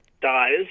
dies